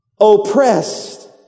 Oppressed